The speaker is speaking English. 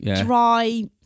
dry